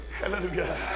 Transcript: Hallelujah